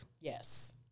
Yes